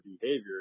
behavior